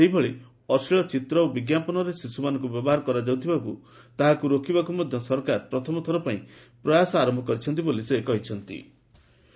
ସେହିଭଳି ଅଶ୍ଳୀଳ ଚିତ୍ର ଓ ବିଜ୍ଞାପନରେ ଶିଶୁମାନଙ୍କୁ ବ୍ୟବହାର କରାଯାଉଥିବାରୁ ତାହାକୁ ରୋକିବାକୁ ମଧ୍ୟ ସରକାର ପ୍ରଥମଥର ପାଇଁ ପ୍ରୟାସ ଆରମ୍ଭ କରିଛନ୍ତି ବୋଲି ସେ କହିଚ୍ଛନ୍ତି